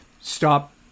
Stop